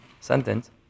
sentence